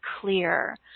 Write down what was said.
clear